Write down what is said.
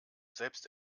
selbst